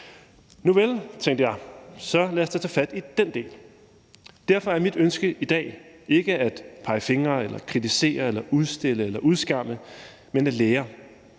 Nuvel, så lad os da tage fat i den del, tænkte jeg. Derfor er mit ønske i dag ikke at pege fingre eller kritisere eller udstille eller udskamme, men at lære.